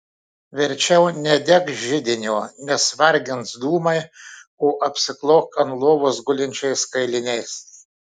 verčiau nedek židinio nes vargins dūmai o apsiklok ant lovos gulinčiais kailiais